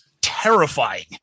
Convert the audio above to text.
terrifying